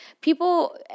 people